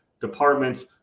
departments